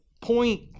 point